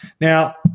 Now